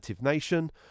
Nation